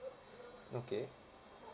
okay